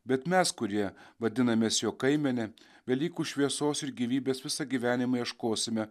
bet mes kurie vadinamės jo kaimenė velykų šviesos ir gyvybės visą gyvenimą ieškosime